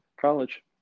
college